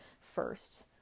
first